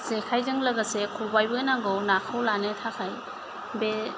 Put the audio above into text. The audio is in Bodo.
जेखायजों लोगोसे खबाइबो नांगौ नाखौ लानो थाखाय बे